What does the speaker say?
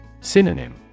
Synonym